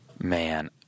Man